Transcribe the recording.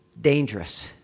dangerous